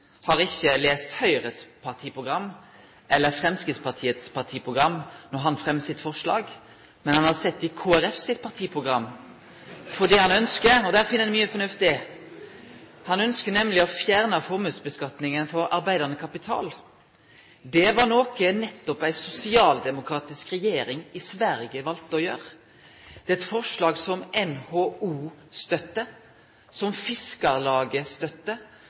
har ikkje lese Høgres partiprogram eller Framstegspartiets partiprogram når han fremmar sitt forslag, men han har sett i Kristeleg Folkepartis partiprogram – og der finn ein mykje fornuftig! Han ønskjer nemleg å fjerne formuesskattlegginga på arbeidande kapital. Det er noko som nettopp ei sosialdemokratisk regjering i Sverige valde å gjere. Det er eit forslag som NHO støttar, som Fiskarlaget støttar,